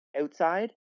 outside